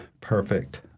Perfect